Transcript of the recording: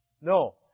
No